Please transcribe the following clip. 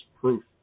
proof